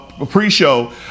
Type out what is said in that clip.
pre-show